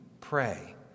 pray